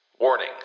Warning